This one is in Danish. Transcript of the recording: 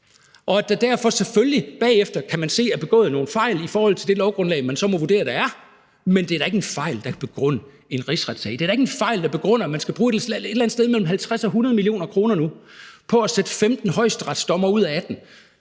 at der derfor selvfølgelig bagefter, kan man se, er begået nogle fejl i forhold til det lovgrundlag, man så må vurdere der er? Men det er da ikke en fejl, der kan begrunde en rigsretssag. Det er da ikke en fejl, der begrunder, at man nu skal bruge et eller andet sted mellem 50 og 100 mio,. kr. på at sætte 15 ud af 18 højesteretsdommere i gang